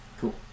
Cool